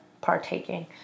partaking